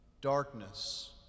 Darkness